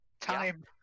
Time